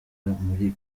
muri